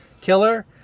killer